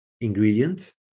ingredient